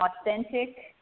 authentic